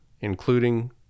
including